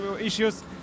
issues